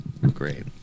Great